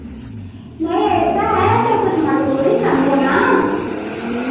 नहीं ऐसा है तो कुछ मजबूरी समझो ना